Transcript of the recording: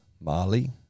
mali